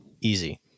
easy